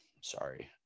Sorry